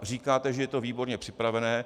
Říkáte, že je to výborně připravené.